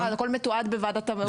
הכול מתועד בוועדת עובדים זרים.